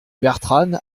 bertranne